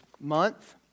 month